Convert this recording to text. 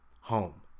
home